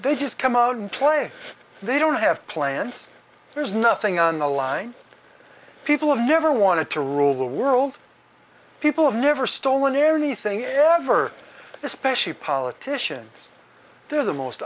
they just come out and play they don't have plans there's nothing on the line people have never wanted to rule the world people have never stolen anything adverse especially politicians they're the most